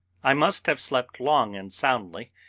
i must have slept long and soundly,